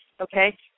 Okay